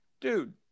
Dude